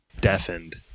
deafened